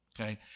okay